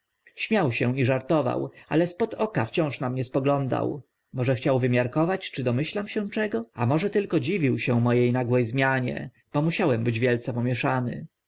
śmiał się i żartował ale spod oka wciąż na mnie spoglądał może chciał wymiarkować czy domyślam się czego a może tylko dziwił się mo e nagłe zmianie bo musiałem być wielce pomieszany